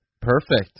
Perfect